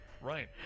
Right